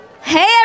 Hey